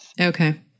Okay